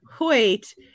Wait